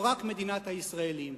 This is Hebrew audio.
או רק מדינת הישראלים.